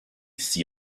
s’y